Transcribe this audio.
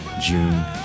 June